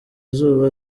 izuba